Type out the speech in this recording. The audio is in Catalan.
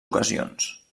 ocasions